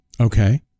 Okay